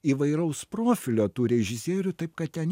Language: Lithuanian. įvairaus profilio tų režisierių taip kad ten